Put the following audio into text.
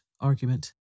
argument